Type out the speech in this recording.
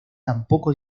tampoco